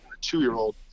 two-year-old